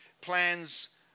Plans